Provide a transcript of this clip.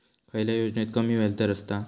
खयल्या योजनेत कमी व्याजदर असता?